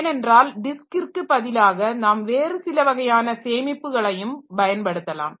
ஏனென்றால் டிஸ்க்கிற்கு பதிலாக நாம் வேறு சில வகையான சேமிப்புகளையும் பயன்படுத்தலாம்